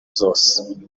zose